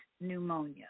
pneumonia